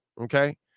Okay